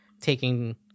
taking